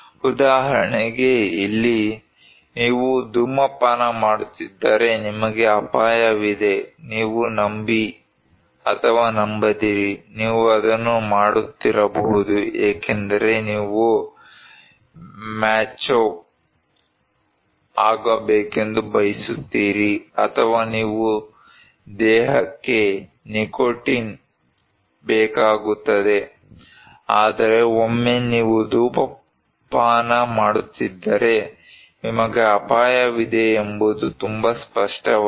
ಉದಾಹರಣೆಗೆ ಇಲ್ಲಿ ನೀವು ಧೂಮಪಾನ ಮಾಡುತ್ತಿದ್ದರೆ ನಿಮಗೆ ಅಪಾಯವಿದೆ ನೀವು ನಂಬಿ ಅಥವಾ ನಂಬದಿರಿ ನೀವು ಅದನ್ನು ಮಾಡುತ್ತಿರಬಹುದು ಏಕೆಂದರೆ ನೀವು ಮ್ಯಾಚೋ ಆಗಬೇಕೆಂದು ಬಯಸುತ್ತೀರಿ ಅಥವಾ ನಿಮ್ಮ ದೇಹಕ್ಕೆ ನಿಕೋಟಿನ್ ಬೇಕಾಗುತ್ತದೆ ಆದರೆ ಒಮ್ಮೆ ನೀವು ಧೂಮಪಾನ ಮಾಡುತ್ತಿದ್ದರೆ ನಿಮಗೆ ಅಪಾಯವಿದೆ ಎಂಬುದು ತುಂಬಾ ಸ್ಪಷ್ಟವಾಗಿದೆ